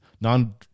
non